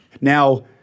Now